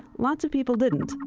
lots of people didn't.